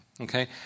Okay